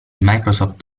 microsoft